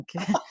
okay